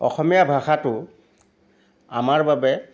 অসমীয়া ভাষাটো আমাৰ বাবে